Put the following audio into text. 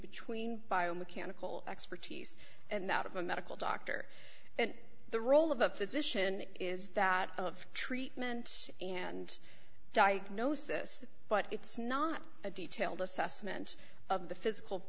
between biomechanical expertise and that of a medical doctor and the role of a physician is that of treatment and diagnosis but it's not a detailed assessment of the physical